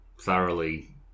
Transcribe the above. thoroughly